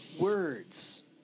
words